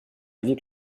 avis